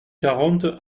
quarante